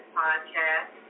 podcast